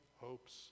hopes